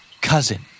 Cousin